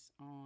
on